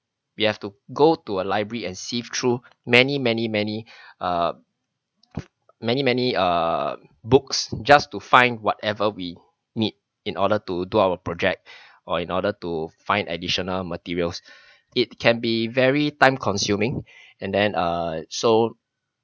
we have to go to a library and sift through many many many uh many many uh books just to find whatever we need in order to do our project or in order to find additional materials it can be very time consuming and then err so